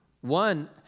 One